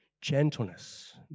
gentleness